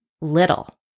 little